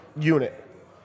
unit